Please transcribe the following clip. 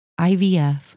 IVF